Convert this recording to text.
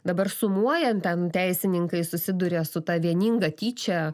dabar sumuojant ten teisininkai susiduria su ta vieninga tyčia